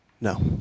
No